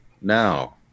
now